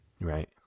Right